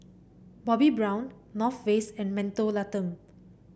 Bobbi Brown North Face and Mentholatum